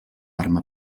arma